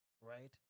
right